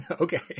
Okay